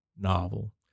novel